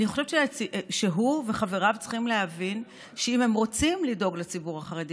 אני חושבת שהוא וחבריו צריכים להבין שאם הם רוצים לדאוג לציבור החרדי